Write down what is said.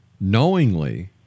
knowingly